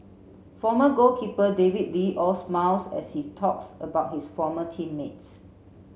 former goalkeeper David Lee all smiles as he's talks about his former team mates